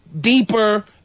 deeper